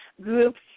groups